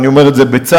אני אומר את זה בצער,